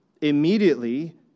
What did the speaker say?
immediately